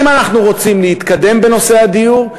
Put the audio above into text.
אם אנחנו רוצים להתקדם בנושא הדיור,